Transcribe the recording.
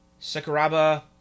Sakuraba